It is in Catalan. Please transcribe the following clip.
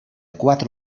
quatre